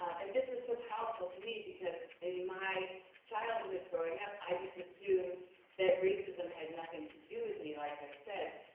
and this was so powerful to me because in my childhood, growing up, i just assumed that racism had nothing to do with me like i said.